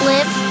Live